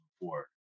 forward